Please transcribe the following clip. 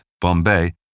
Bombay